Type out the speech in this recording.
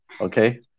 Okay